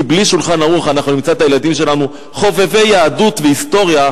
כי בלי ה"שולחן ערוך" אנחנו נמצא את הילדים שלנו חובבי יהדות והיסטוריה,